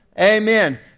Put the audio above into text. Amen